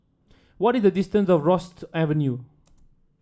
what is the distance Rosyth Avenue